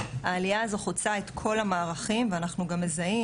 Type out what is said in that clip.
העלייה הזו חוצה את כל המערכים ואנחנו גם מזהים